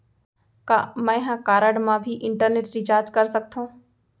का मैं ह कारड मा भी इंटरनेट रिचार्ज कर सकथो